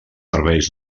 servicis